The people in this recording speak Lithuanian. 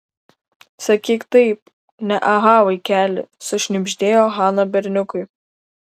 sakyk taip ne aha vaikeli sušnibždėjo hana berniukui